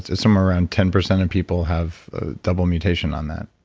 somewhere around ten percent of people have ah double mutation on that?